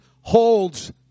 holds